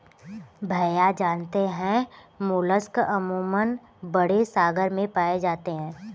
भैया जानते हैं मोलस्क अमूमन बड़े सागर में पाए जाते हैं